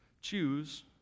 Choose